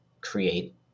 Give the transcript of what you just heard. create